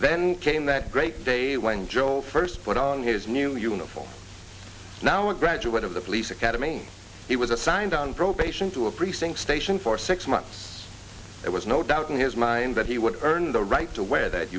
then came the great day when joel first put on his new uniform now a graduate of the police academy he was assigned on probation to a precinct station for six months it was no doubt in his mind that he would earn the right to wear that